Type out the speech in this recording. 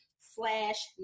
slash